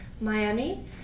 Miami